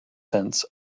sense